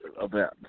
event